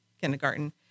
kindergarten